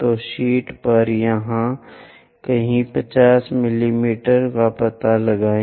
तो शीट पर यहां कहीं 50 मिमी का पता लगाएं